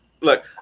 look